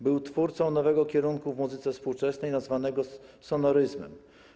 Był twórcą nowego kierunku w muzyce współczesnej nazwanego sonoryzmem.